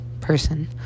person